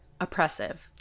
oppressive